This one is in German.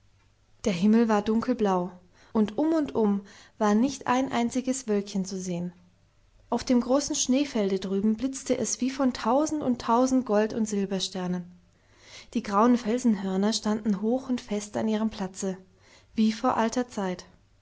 der himmel war dunkelblau und um und um war nicht ein einziges wölkchen zu sehen auf dem großen schneefelde drüben blitzte es wie von tausend und tausend gold und silbersternen die grauen felsenhörner standen hoch und fest an ihrem platze wie vor alter zeit